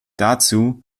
dazu